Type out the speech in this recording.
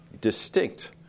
distinct